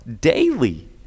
daily